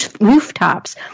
rooftops